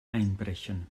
einbrechen